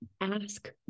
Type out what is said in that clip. ask